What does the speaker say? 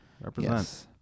represent